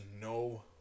no